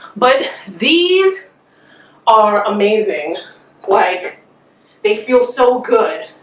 but these are amazing like they feel so good.